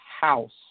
house